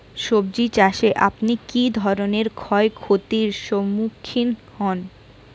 সবজী চাষে আপনি কী ধরনের ক্ষয়ক্ষতির সম্মুক্ষীণ হন?